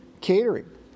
catering